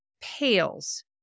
pales